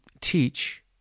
teach